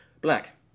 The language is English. black